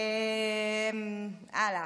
הלאה,